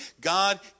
God